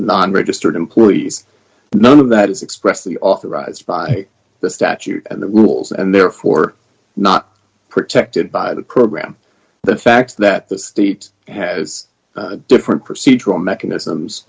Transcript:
not registered employees none of that is express the authorized by the statute and the rules and therefore not protected by the program the fact that the state has different procedural mechanisms